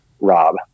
Rob